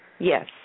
Yes